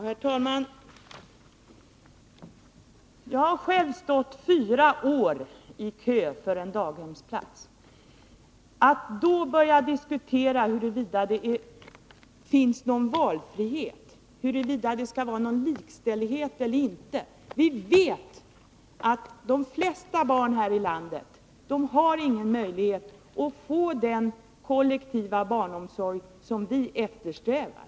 Herr talman! Jag har själv stått fyra år i kö för en daghemsplats. Då börjar man inte diskutera huruvida det finns någon valfrihet eller huruvida det skall vara likställighet eller inte. Vi vet att de flesta barnen här i landet inte har någon möjlighet att få den kollektiva barnomsorg som vi eftersträvar.